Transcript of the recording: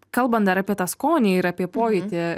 kalban dar apie tą skonį ir apie pojūtį